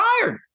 tired